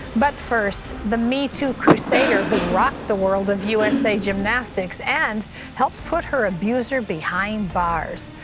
but first, the me too crusader who rocked the world of u s a. gymnastics and helped put her abusedder behind bars.